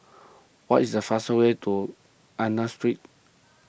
what is the fast way to Angus Street